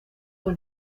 con